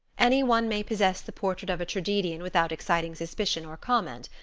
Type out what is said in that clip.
any one may possess the portrait of a tragedian without exciting suspicion or comment.